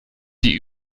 die